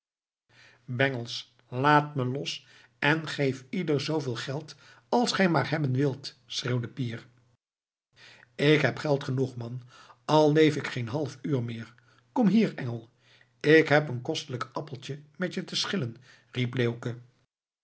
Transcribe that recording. bengels laat me los en ik geef ieder zooveel geld als gij maar hebben wilt schreeuwde pier ik heb geld genoeg man al leef ik geen half uur meer kom hier engel ik heb een kostelijk appeltje met je te schillen